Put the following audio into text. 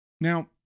Now